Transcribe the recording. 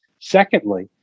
secondly